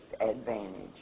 advantage